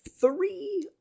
three